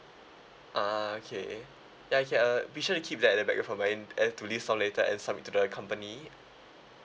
ah okay ya okay uh be sure to keep that at the back of your mind and to leave some later and submit to the company